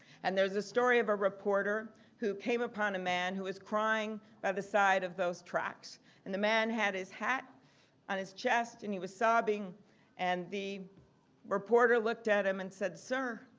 and there is a story of a reporter who came upon a man who was crying by the side of those tracks and the man had his hat on his chest and he was sobbing and the reporter looked at him and said, sir,